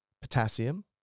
potassium